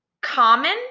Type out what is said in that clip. common